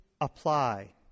apply